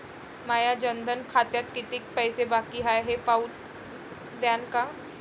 माया जनधन खात्यात कितीक पैसे बाकी हाय हे पाहून द्यान का?